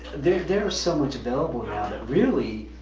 there are so much available now that really.